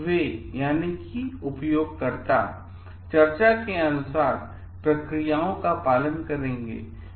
वे चर्चा के अनुसार प्रक्रियाओं का पालन करेंगे